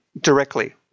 directly